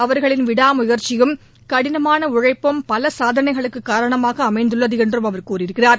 அவர்களின் விடா முயற்சியும் கடினமான உழைப்பும் பல சாதனைகளுக்கு காரணமாக அமைந்துள்ளது என்றும் அவர் கூறியிருக்கிறார்